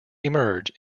emerge